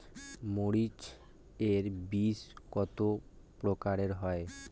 মরিচ এর বীজ কতো প্রকারের হয়?